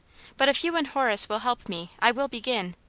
but if you and horace will help me, i will begin.